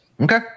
Okay